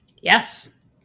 Yes